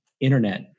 internet